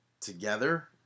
together